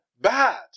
bad